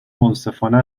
منصفانه